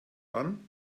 dann